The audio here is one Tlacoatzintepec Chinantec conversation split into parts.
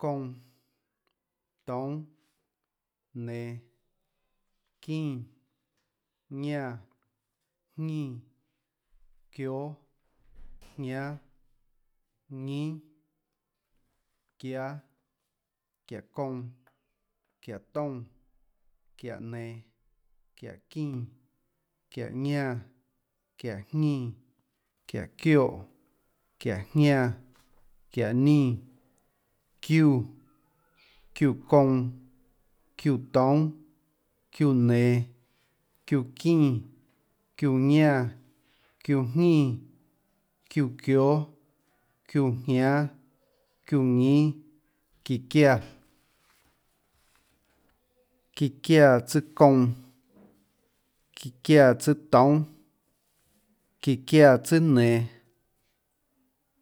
Kounã, toúnâ, nenå, çínã, ñánã, jñínã, çióâ, jñánâ, ñínâ, çiáâ, çiáå kounã, çiáå toúnâ, çiáå nen, çiáå çínã, çiáå ñánã, çiáå jñínã, çiáå çioè, çiáå jñánã, çiáå nínã, çiúã, çiúã kounã, çiúã toúnâ, çiúã nenå, çiúã çínã, çiúã ñánã, çiúã jñínã, çiúã çióâ, çiúã jñánâ, çiúã ñínâ, çíã çiáã, çíã çiáã tsùâ kounã, çíã çiáã tsùâ toúnâ, çíã çiáã tsùâ nenå,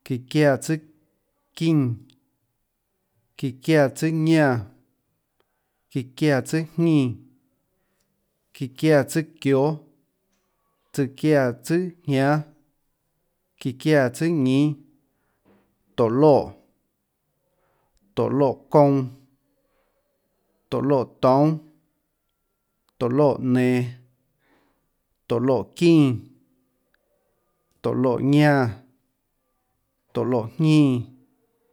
çíã çiáã tsùâ çínã, çíã çiáã tsùâ ñánã, çíã çiáã tsùâ jñínã, çíã çiáã tsùâ çióâ, çiáã tsùâjñánâ, çíã çiáã tsùâ ñínâ, tóå loè, tóå loè kounã. tóå loè toúnâ, tóå loè nenå, tóå loè çínã, tóå loè ñánã, tóå loè jñínã,